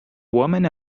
woman